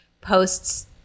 posts